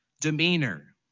demeanor